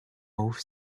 both